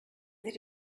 that